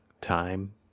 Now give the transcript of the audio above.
time